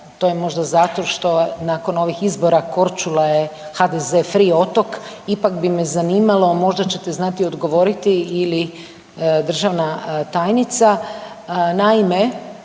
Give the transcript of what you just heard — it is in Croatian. to je možda zato što nakon ovih izbora Korčula je HDZ free otok, ipak bi me zanimalo, možda ćete znati odgovoriti ili državna tajnica.